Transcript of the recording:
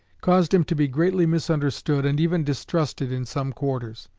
caused him to be greatly misunderstood and even distrusted in some quarters.